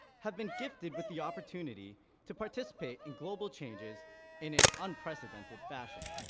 have been gifted with the opportunity to participate in global changes in an unprecedented fashion.